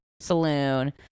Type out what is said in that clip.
saloon